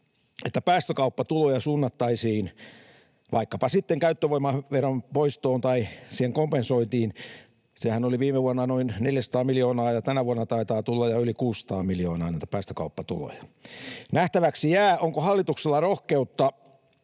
että päästökauppatuloja suunnattaisiin vaikkapa sitten käyttövoimaveron poistoon tai sen kompensointiin. Päästökauppatulojahan oli viime vuonna noin 400 miljoonaa ja tänä vuonna taitaa tulla jo yli 600 miljoonaa. Nähtäväksi jää, onko hallituksella rohkeutta